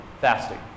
fasting